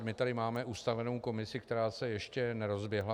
My tady máme ustavenou komisi, která se ještě nerozběhla.